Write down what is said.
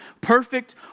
perfect